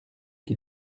qui